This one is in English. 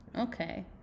Okay